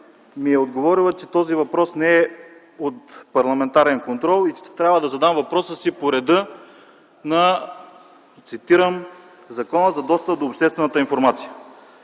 ми е отговорила, че този въпрос не е за парламентарен контрол и че трябва да задам въпроса си по реда на, цитирам: „Закона за достъп до обществена информация”.